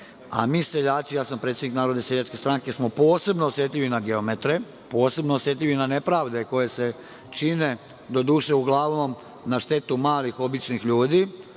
Mi seljaci, ja sam predsednik Narodne seljačke stranke, smo posebno osetljivi na geometre, posebno osetljivi na nepravde koje se čine, doduše uglavnom na štetu malih, običnih ljudi,